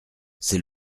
c’est